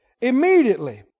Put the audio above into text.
Immediately